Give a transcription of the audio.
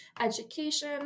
education